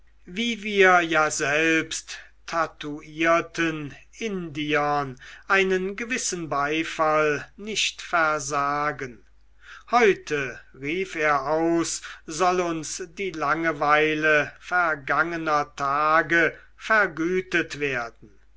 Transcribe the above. wie wir ja selbst tatouierten indiern einen gewissen beifall nicht versagen heute rief er aus soll uns die langeweile vergangener tage vergütet werden